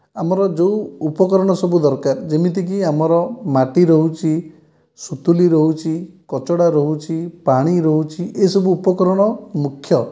ଆମର ଯେଉଁ ଉପକରଣ ସବୁ ଦରକାର ଯେମିତିକି ଆମର ମାଟି ରହୁଛି ସୁତୁଲି ରହୁଛି କଚଡ଼ା ରହୁଛି ପାଣି ରହୁଛି ଏସବୁ ଉପକରଣ ମୁଖ୍ୟ